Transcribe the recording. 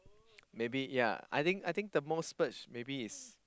maybe ya I think I think the most splurge maybe is